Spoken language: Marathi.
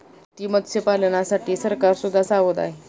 मोती मत्स्यपालनासाठी सरकार सुद्धा सावध आहे